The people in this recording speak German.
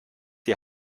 die